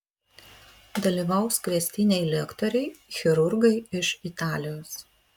dalyvaus kviestiniai lektoriai chirurgai iš italijos